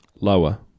Lower